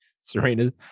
Serena